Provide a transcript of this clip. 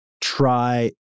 try